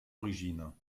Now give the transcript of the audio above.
origine